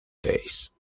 days